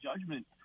judgment